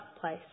place